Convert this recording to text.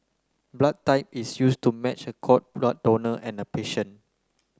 blood type is used to match a cord blood donor and a patient